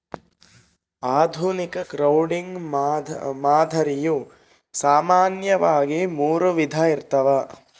ಆಧುನಿಕ ಕ್ರೌಡ್ಫಂಡಿಂಗ್ ಮಾದರಿಯು ಸಾಮಾನ್ಯವಾಗಿ ಮೂರು ವಿಧ ಇರ್ತವ